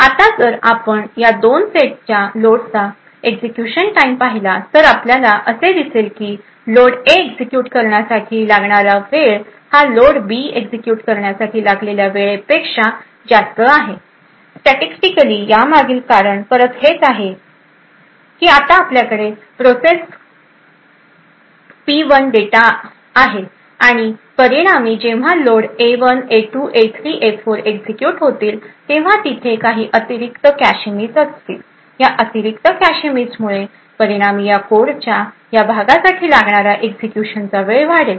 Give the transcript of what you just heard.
आता जर आपण या दोन सेटच्या लोडचा एक्झिक्युशन टाईम पहिला तर आपल्याला असे दिसेल की लोड ए एक्झिक्युट करण्यासाठी लागलेला वेळ हा लोड बी एक्झिक्युट करण्यासाठी लागलेल्या वेळ पेक्षा जास्त आहे स्टॅटिस्टिकली यामागील कारण परत हेच आहे की आता आपल्याकडे प्रोसेस आपल्याकडे प्रोसेस पी1 डेटा हा आहे आणि आणि परिणामी जेव्हा लोड ए1ए2ए3 आणि ए4 एक्झिक्युट होतील तेव्हा तिथे काही अतिरिक्त कॅशे मिस असतील या अतिरिक्त कॅशे मिस मुळे परिणामी कोडच्या या भागासाठी लागणारा एक्झिक्युशनचा वेळ वाढेल